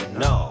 no